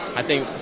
i think